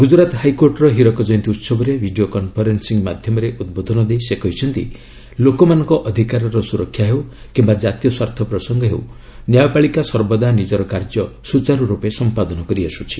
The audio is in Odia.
ଗୁଜରାତ ହାଇକୋର୍ଟର ହୀରକ ଜୟନ୍ତୀ ଉସବରେ ଭିଡ଼ିଓ କନ୍ଫରେନ୍ସିଂ ମାଧ୍ୟମରେ ଉଦ୍ବୋଧନ ଦେଇ ସେ କହିଛନ୍ତି ଲୋକମାନଙ୍କ ଅଧିକାରର ସୁରକ୍ଷା ହେଉ କିମ୍ବା ଜାତୀୟ ସ୍ୱାର୍ଥ ପ୍ରସଙ୍ଗ ହେଉ' ନ୍ୟାୟପାଳିକା ସର୍ବଦା ନିକ୍କର କାର୍ଯ୍ୟ ସୁଚାରୁର୍ପେ ସମ୍ପାଦନ କରିଆସୁଛି